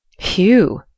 Phew